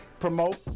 promote